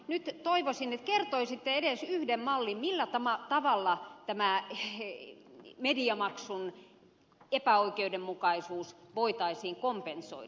nyt toivoisin että kertoisitte edes yhden mallin millä tavalla tämä mediamaksun epäoikeudenmukaisuus voitaisiin kompensoida